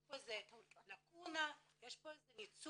יש פה לקונה, יש פה איזה ניצול.